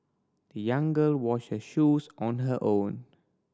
the young girl washed her shoes on her own